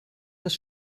das